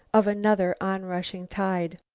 of another onrushing tide.